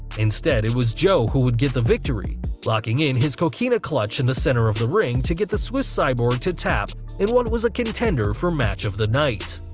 instead, it was joe who would get the victory, looking in his coquina clutch in the centre of the ring to get the swiss cyborg to tap in what was a contender for match of the night.